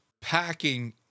packing